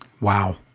Wow